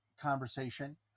conversation